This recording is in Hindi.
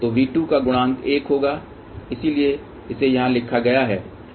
तो V2 का गुणांक 1 होगा इसलिए इसे यहां लिखा गया है